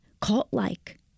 cult-like